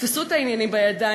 תפסו את העניינים בידיים.